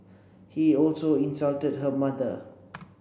he also insulted her mother